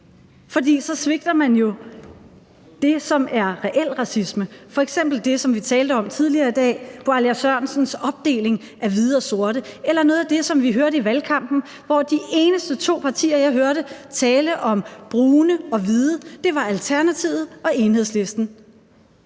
for så svigter man jo i forhold til det, som er reel racisme, f.eks. det, som vi talte om tidligere i dag – Bwalya Sørensens opdeling af hvide og sorte – eller noget af det, som vi hørte i valgkampen, hvor de eneste to partier, jeg hørte tale om brune og hvide, var Alternativet og Enhedslisten.